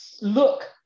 look